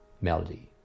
Melody